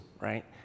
right